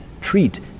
Treat